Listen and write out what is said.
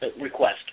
request